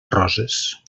roses